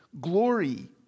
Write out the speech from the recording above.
glory